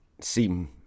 seem